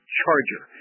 charger